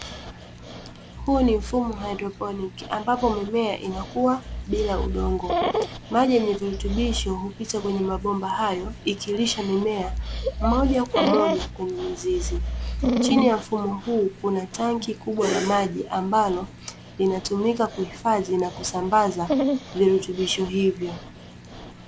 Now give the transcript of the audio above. Huu ni mfumo wa haidroponiki ambapo mimea inakua bila udongo. Maji yenye virutubisho hupita kwenye mabomba hayo ikilisha mimea moja kwa moja kwenye mizizi. Chini ya mfumo huu kuna tanki kubwa la maji, ambalo, linatumika kuhifadhi na kuzambaza virutubisho hivyo.